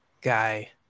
guy